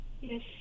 Yes